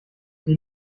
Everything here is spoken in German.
sie